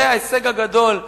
זה ההישג גדול.